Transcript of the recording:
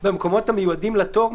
במקומות המיועדים לתור,